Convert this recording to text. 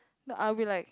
no I'll be like